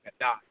die